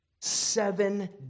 Seven